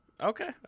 Okay